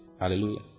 Hallelujah